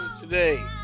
today